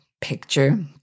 picture